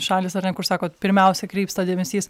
šalys ar ne kur sakot pirmiausia krypsta dėmesys